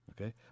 Okay